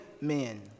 men